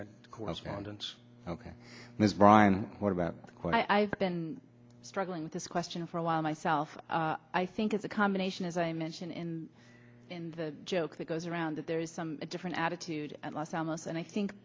that correspondence ok ms bryan what about what i've been struggling with this question for a while myself i think it's a combination as i mentioned in in the joke that goes around that there is some a different attitude at los alamos and i think